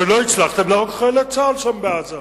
שלא הצלחתם להרוג חיילי צה"ל שם בעזה.